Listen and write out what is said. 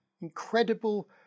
incredible